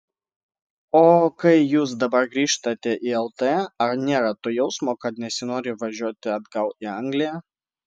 o kai jūs dabar grįžtate į lt ar nėra to jausmo kad nesinori važiuoti atgal į angliją